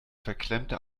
verklemmte